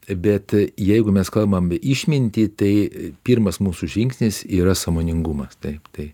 bet jeigu mes kalbam išmintį tai pirmas mūsų žingsnis yra sąmoningumas taip tai